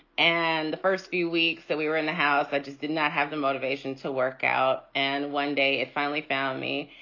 and the first few weeks that we were in the house, i just did not have the motivation to workout. and one day it finally found me.